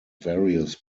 various